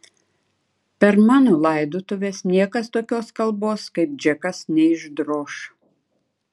per mano laidotuves niekas tokios kalbos kaip džekas neišdroš